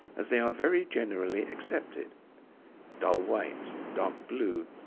as they are very generally accepted dull white, dark blue,